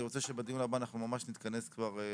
אני רוצה שבדיון הבא אנחנו ממש נתכנס כבר לסיים.